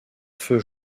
feu